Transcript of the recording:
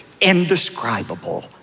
indescribable